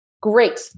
Great